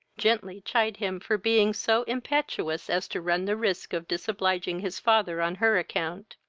gently chid him for being so impetuous as to run the risk of disobliging his father on her account,